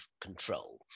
control